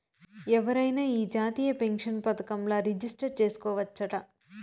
ఎవరైనా ఈ జాతీయ పెన్సన్ పదకంల రిజిస్టర్ చేసుకోవచ్చట